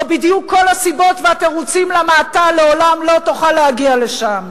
או בדיוק כל הסיבות והתירוצים למה אתה לעולם לא תוכל להגיע לשם?